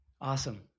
Awesome